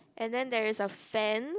and then there is a fan